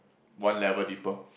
one level deeper